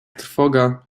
trwoga